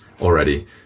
already